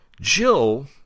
Jill